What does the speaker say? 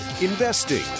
Investing